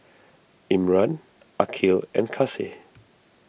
Imran Aqil and Kasih